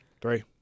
three